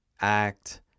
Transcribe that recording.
act